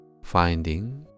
Finding